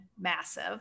massive